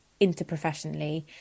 interprofessionally